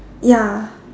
ya